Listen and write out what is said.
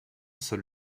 seul